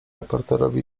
reporterowi